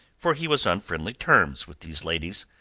for he was on friendly terms with these ladies,